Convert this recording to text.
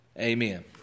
Amen